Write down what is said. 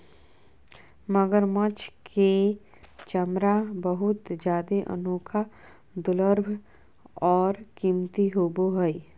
मगरमच्छ के चमरा बहुत जादे अनोखा, दुर्लभ और कीमती होबो हइ